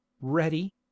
ready